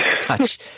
touch